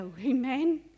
amen